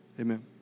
amen